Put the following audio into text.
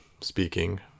speaking